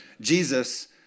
Jesus